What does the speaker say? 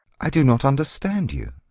i do not understand you.